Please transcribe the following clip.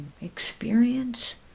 experience